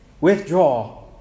Withdraw